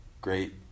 great